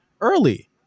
early